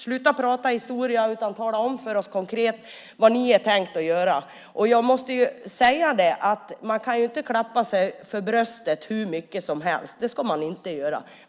Sluta prata historia, utan tala om för oss vad ni tänker göra konkret! Man kan inte klappa sig för bröstet hur mycket som helst. Det ska man inte göra.